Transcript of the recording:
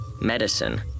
medicine